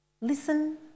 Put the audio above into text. Listen